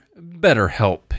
BetterHelp